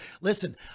Listen